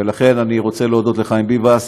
ולכן אני רוצה להודות לחיים ביבס,